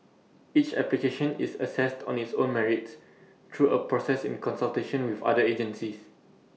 each application is assessed on its own merits through A process in consultation with other agencies